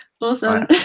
awesome